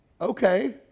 Okay